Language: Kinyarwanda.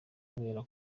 kubera